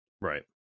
Right